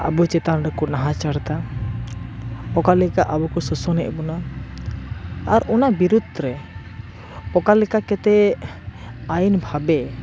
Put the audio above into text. ᱟᱵᱩ ᱪᱮᱛᱟᱱ ᱨᱮᱠᱩ ᱱᱟᱦᱟᱪᱟᱨᱫᱟ ᱚᱠᱟ ᱞᱮᱠᱟ ᱟᱵᱩ ᱠᱚ ᱥᱳᱥᱚᱱᱮᱫ ᱵᱚᱱᱟ ᱟᱨ ᱚᱱᱟ ᱵᱤᱨᱩᱫᱽ ᱨᱮ ᱚᱠᱟ ᱞᱤᱠᱟ ᱠᱮᱛᱮ ᱟᱭᱤᱱ ᱵᱷᱟᱵᱮ